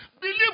believe